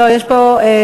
בעד, 32, אין מתנגדים.